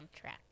track